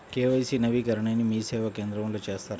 KYC నవీకరణని మీసేవా కేంద్రం లో చేస్తారా?